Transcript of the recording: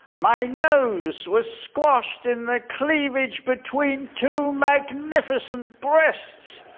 my nose was squashed in the cleavage between two magnificent breasts.